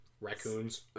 Raccoons